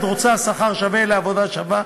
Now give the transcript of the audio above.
את רוצה שכר שווה לעבודה שווה.